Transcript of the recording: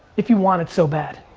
if you want it so bad?